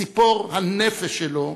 ציפור הנפש שלו,